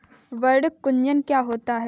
पर्ण कुंचन क्या होता है?